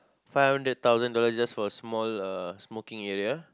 five hundred thousand dollars just for a small uh smoking area